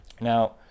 now